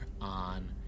on